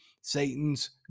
Satan's